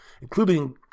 including